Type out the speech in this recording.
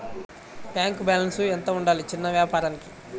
Bank balance ఎంత ఉండాలి చిన్న వ్యాపారానికి?